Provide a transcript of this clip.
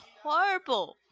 horrible